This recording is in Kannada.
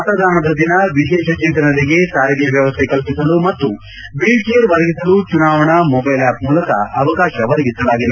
ಮತದಾನ ದಿನ ವಿಶಿಷ್ಟ ಚೇತನರಿಗೆ ಸಾರಿಗೆ ವ್ಚವಸ್ಟೆ ಕಲ್ಪಿಸಲು ಮತ್ತು ವೀಲ್ ಚೇರ್ ಒದಗಿಸಲು ಚುನಾವಣಾ ಮೊಬೈಲ್ ಆಪ್ ಮೂಲಕ ಅವಕಾಶ ಒದಗಿಸಲಾಗಿದೆ